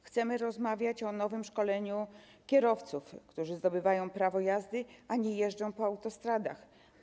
Chcemy rozmawiać o nowym szkoleniu kierowców, którzy zdobywają prawo jazdy, ale w ogóle nie jeżdżą po autostradach.